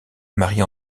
marie